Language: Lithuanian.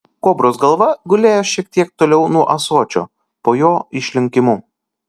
kobros galva gulėjo šiek tiek toliau nuo ąsočio po jo išlinkimu